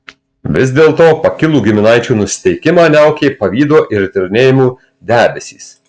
vis dėlto pakilų giminaičių nusiteikimą niaukė pavydo ir įtarinėjimų debesys